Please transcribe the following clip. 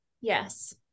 yes